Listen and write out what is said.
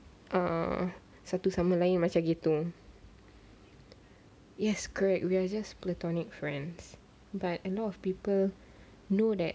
a'ah satu sama lain macam kita yes correct we are just platonic friends but a lot of people know that